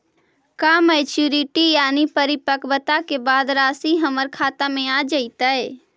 का मैच्यूरिटी यानी परिपक्वता के बाद रासि हमर खाता में आ जइतई?